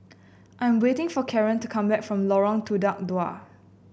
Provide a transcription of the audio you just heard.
I am waiting for Karan to come back from Lorong Tukang Dua